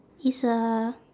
it's a